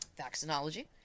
vaccinology